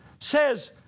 says